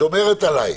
שומרת עלי.